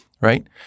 right